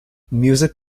music